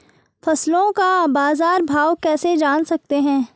फसलों का बाज़ार भाव कैसे जान सकते हैं?